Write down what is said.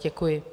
Děkuji.